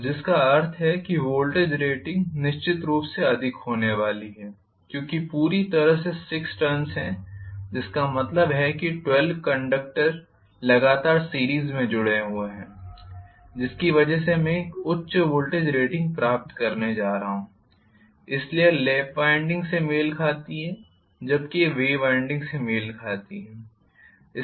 तो जिसका अर्थ है कि वोल्टेज रेटिंग निश्चित रूप से अधिक होने वाली है क्योंकि पूरी तरह से 6 टर्न्स हैं जिसका मतलब है कि 12 कंडक्टर लगातार सीरीस में जुड़े हुए हैं जिसकी वजह से मैं एक उच्च वोल्टेज रेटिंग प्राप्त करने जा रहा हूं इसलिए यह लैप वाइंडिंग से मेल खाती है जबकि यह वेव वाइंडिंग से मेल खाती है